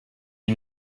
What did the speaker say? you